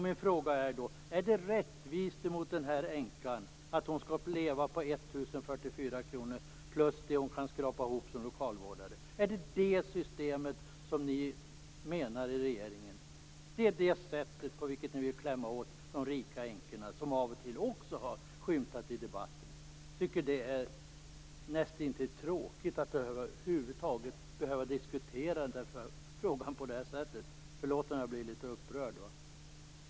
Min fråga är: Är det rättvist mot denna änka att hon skall leva på 1 044 kr plus det hon kan skrapa ihop som lokalvårdare? Är detta det sätt på vilket ni i regeringen vill klämma åt de rika änkorna, vilket av och till har skymtat i debatter? Jag tycker att det nästintill är tråkigt att över huvud taget behöva diskutera frågan på det här sättet. Förlåt att jag blir litet upprörd.